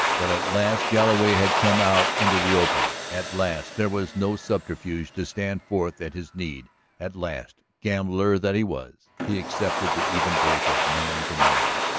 but at last galloway had come out into the open at last there was no subterfuge to stand forth at his need at last, gambler that he was, he accepted the even break of man to man.